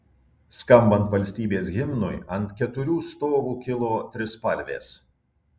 skambant valstybės himnui ant keturių stovų kilo trispalvės